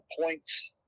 points